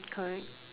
correct